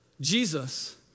Jesus